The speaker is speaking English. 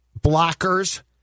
blockers